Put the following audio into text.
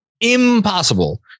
impossible